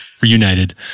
Reunited